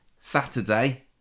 Saturday